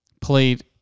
played